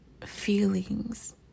feelings